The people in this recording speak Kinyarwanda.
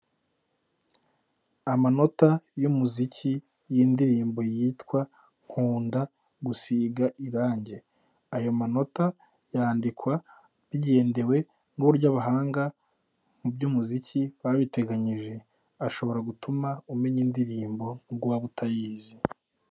Amanota y'umuziki y'indirimbo yitwa nkunda gusiga irangi, ayo manota yandikwa bigendewe n'uburyo abahanga mu by'umuziki babiteganyije, ashobora gutuma umenya indirimbo n'ubwo waba utayizi.